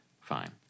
Fine